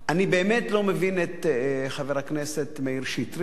אני באמת לא מבין את חבר הכנסת מאיר שטרית.